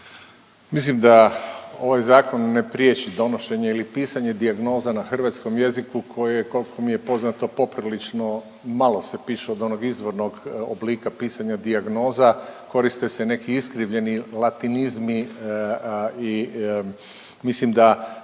Mislim da ovaj Zakon ne priječi donošenje ili pisanje dijagnoza na hrvatskom jeziku koje, koliko mi je poznato, poprilično malo se pišu od onog izvornog oblika pisanja dijagnoza, koriste se neki iskrivljeni latinizmi i mislim da